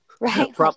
Right